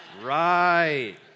Right